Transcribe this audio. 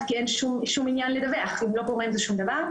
כי אין שום עניין לדווח אם לא קורה עם זה שום דבר,